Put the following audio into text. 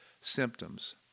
symptoms